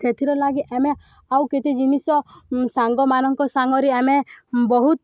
ସେଥିର୍ଲାଗି ଆମେ ଆଉ କେତେ ଜିନିଷ ସାଙ୍ଗମାନଙ୍କ ସାଙ୍ଗରେ ଆମେ ବହୁତ